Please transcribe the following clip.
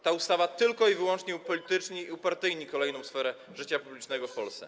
Ta ustawa tylko i wyłącznie upolityczni i upartyjni kolejną sferę życia publicznego w Polsce.